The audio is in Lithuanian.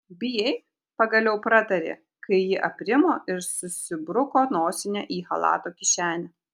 bijai pagaliau pratarė kai ji aprimo ir susibruko nosinę į chalato kišenę